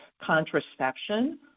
contraception